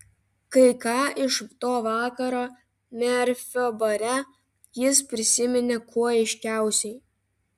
kai ką iš to vakaro merfio bare jis prisiminė kuo aiškiausiai